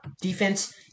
defense